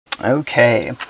Okay